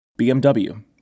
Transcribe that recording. BMW